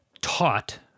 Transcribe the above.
taught